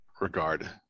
regard